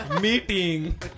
Meeting